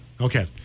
Okay